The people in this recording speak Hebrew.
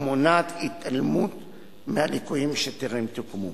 ומונעת התעלמות מהליקויים שטרם תוקנו.